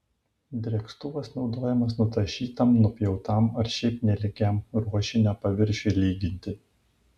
drėkstuvas naudojamas nutašytam nupjautam ar šiaip nelygiam ruošinio paviršiui lyginti